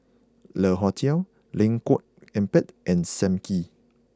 Le Hotel Lengkok Empat and Sam Kee